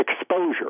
exposure